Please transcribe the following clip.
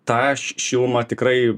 tą aš šilumą tikrai